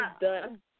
done